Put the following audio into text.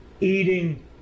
eating